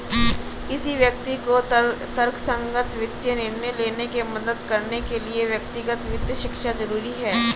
किसी व्यक्ति को तर्कसंगत वित्तीय निर्णय लेने में मदद करने के लिए व्यक्तिगत वित्त शिक्षा जरुरी है